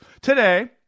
today